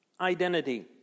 identity